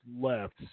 left